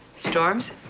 storms?